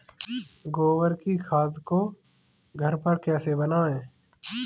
गोबर की खाद को घर पर कैसे बनाएँ?